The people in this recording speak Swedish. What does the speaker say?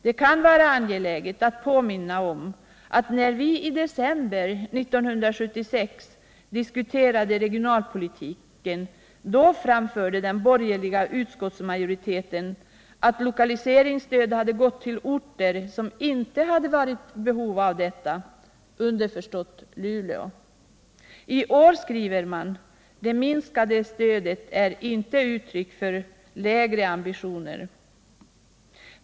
Det kan vara angeläget att påminna om att när vi i december 1976 diskuterade regionalpolitiken anförde den borgerliga utskottsmajoriteten att lokaliseringsstöd hade gått till orter, som inte varit i behov av det, underförstått Luleå. I år skriver man: Det minskade stödet är inte uttryck för lägre ambitioner.